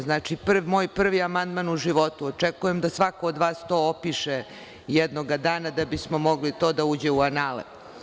Znači, moj prvi amandman u životu, očekujem da svako od vas to opiše jednoga dana, da bi to moglo da uđe u anale.